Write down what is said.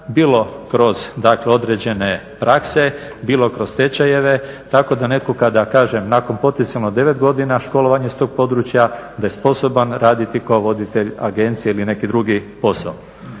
bilo kroz dakle određene prakse, bilo kroz tečajeve. Tako da netko kada kažem, nakon …/Govornik se ne razumije./… 9 godina školovanja iz tog područja da je sposoban raditi kao voditelj agencije ili neki drugi posao.